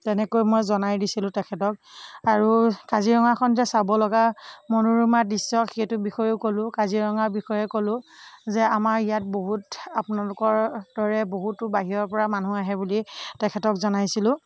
তেনেকৈ মই জনাই দিছিলোঁ তেখেতক আৰু কাজিৰঙাখন যে চাব লগা মনোৰমা দৃশ্য সেইটো বিষয়েও ক'লো কাজিৰঙাৰ বিষয়ে ক'লো যে আমাৰ ইয়াত বহুত আপোনালোকৰ দৰে বহুতো বাহিৰৰ পৰা মানুহ আহে বুলি তেখেতক জনাইছিলোঁ